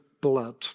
blood